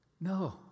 No